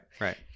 right